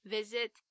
Visit